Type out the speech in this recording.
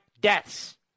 deaths